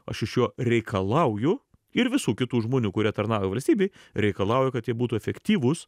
aš iš jo reikalauju ir visų kitų žmonių kurie tarnauja valstybei reikalauju kad jie būtų efektyvus